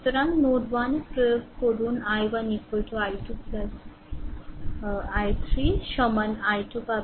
সুতরাং নোড 1 এ প্রয়োগ i1 i 2 i3 i1 সমান i 2 পাবে